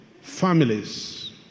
families